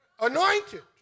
anointed